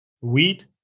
weed